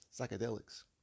psychedelics